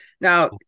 Now